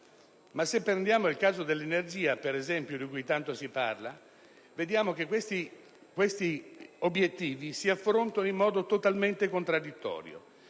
Ma se consideriamo il caso dell'energia, per esempio, di cui tanto si parla, ci rendiamo conto che questi obiettivi si affrontano in modo totalmente contraddittorio,